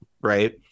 right